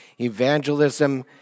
evangelism